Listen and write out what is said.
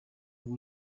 ngo